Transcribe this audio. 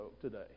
today